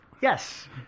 Yes